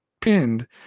pinned